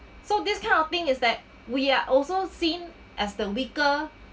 so this kind of thing is that we are also seen as the weaker